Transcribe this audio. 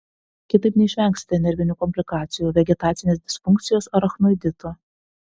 kitaip neišvengsite nervinių komplikacijų vegetacinės disfunkcijos arachnoidito